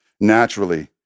Naturally